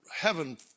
heaven